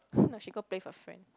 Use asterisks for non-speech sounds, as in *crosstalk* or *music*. *breath* now she go play with her friend